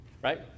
Right